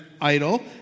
idol